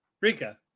Rika